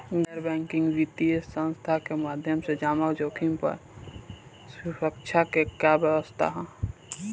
गैर बैंकिंग वित्तीय संस्था के माध्यम से जमा जोखिम पर सुरक्षा के का व्यवस्था ह?